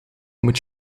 moet